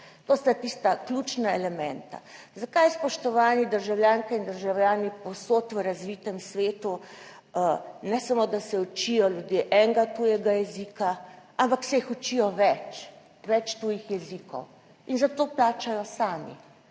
to sta tista ključna elementa. Zakaj, spoštovani državljanke in državljani, povsod v razvitem svetu ne samo, da se učijo ljudje enega tujega jezika, ampak se jih učijo več tujih jezikov in za to plačajo sami,